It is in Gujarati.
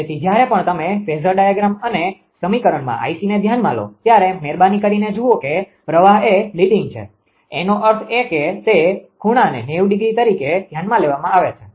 તેથી જયારે પણ તમે ફેઝર ડાયાગ્રામ અને સરળીકરણમાં 𝐼𝑐 ને ધ્યાનમાં લો ત્યારે મહેરબાની કરીને જુઓ કે પ્રવાહ એ લીડીંગ છે એનો અર્થ એ કે તે ખૂણાને 90° તરીકે ધ્યાનમાં લેવામાં આવે છે